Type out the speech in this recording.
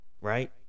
right